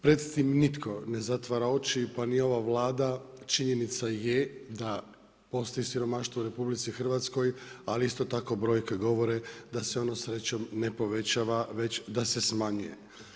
Pred tim nitko ne zatvara oči pa ni ova Vlada, činjenica je da postoji siromaštvo u RH, ali isto tako brojke govore da se ono srećom ne povećava već da se smanjuje.